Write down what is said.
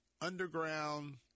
underground